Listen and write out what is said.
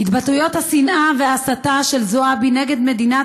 התבטאויות השנאה וההסתה של זועבי נגד מדינת